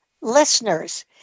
listeners